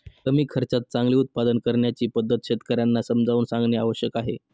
कमी खर्चात चांगले उत्पादन करण्याची पद्धत शेतकर्यांना समजावून सांगणे आवश्यक आहे